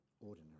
ordinary